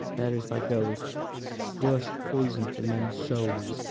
there is thy gold worse poison to men's souls,